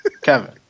Kevin